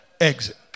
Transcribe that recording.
exit